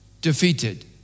defeated